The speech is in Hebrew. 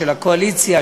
של הקואליציה,